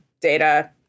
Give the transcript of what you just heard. data